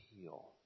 heal